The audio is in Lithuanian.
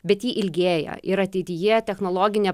bet ji ilgėja ir ateityje technologinė